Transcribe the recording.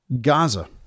Gaza